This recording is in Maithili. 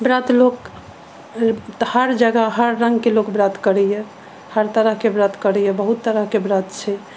ब्रत लोक हर जगह हर रङ्ग के लोक ब्रत करैए हर तरहकेँ ब्रत करैए बहुत तरह के ब्रत छै